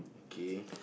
gay